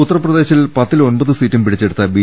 ഉത്തർപ്രദേശിൽ പത്തിൽ ഒമ്പത് സീറ്റും പിടിച്ചെടുത്ത ബി